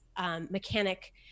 Mechanic